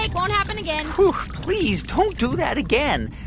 like won't happen again please, don't do that again.